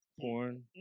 porn